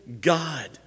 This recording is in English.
God